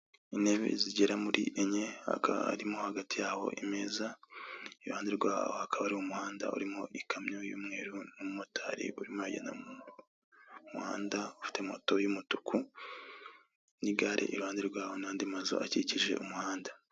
Intebe zigera muri enye hakaba harimo hagati yabo imeza iruhande rwaho hakaba hariho umuhanda urimo ikamyo y'umweru n'umumotari urimo aragenda mumuhanda ufite moto y'umutuku, nigare iruhande rwaho nandi mazu akikijwe umuhanda.